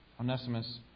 Onesimus